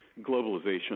globalization